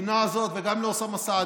וגם לאוסאמה סעדי,